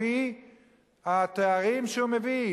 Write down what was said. למה נותנים את השכר לפי התארים שהוא מביא,